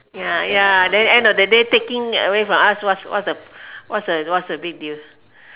ya ya then end of the day taking from us what's what's what's the big deal